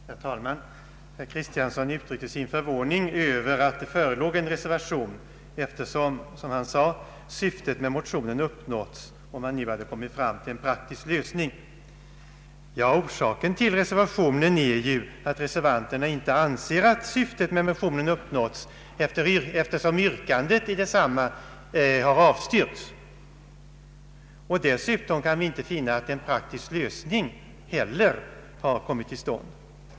Herr talman! Herr Kristiansson uttryckte sin förvåning över att det före låg en reservation eftersom, som han sade, syftet med motionerna hade uppnåtts och man nu hade kommit fram till en praktisk lösning. Orsaken till reservationen är ju att reservanterna inte anser att syftet med motionerna uppnåtts, eftersom yrkandet i desamma har avstyrkts. Dessutom kan vi inte finna att en praktisk lösning har kommit till stånd.